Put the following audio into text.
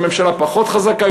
שהממשלה פחות חזקה,